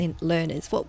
learners